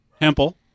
Hempel